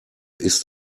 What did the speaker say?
ist